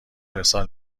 ارسال